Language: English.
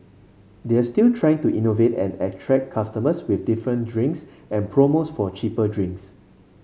they're still trying to innovate and attract customers with different drinks and promos for cheaper drinks